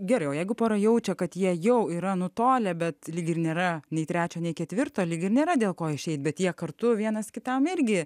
gerai o jeigu pora jaučia kad jie jau yra nutolę bet lyg ir nėra nei trečio nei ketvirto lyg ir nėra dėl ko išeit bet jie kartu vienas kitam irgi